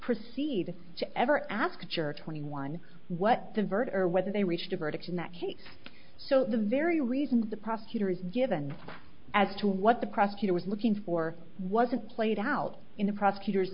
proceed to ever ask a church twenty one what diverter whether they reached a verdict in that case so the very reasons that prosecutors given as to what the prosecutor was looking for wasn't played out in the prosecutor